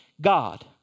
God